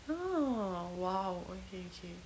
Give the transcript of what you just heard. ah !wow! ookay ookay